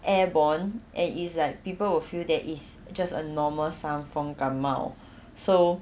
airborne and it's like people will feel that it's just a normal 伤风感冒 so